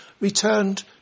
returned